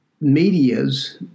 medias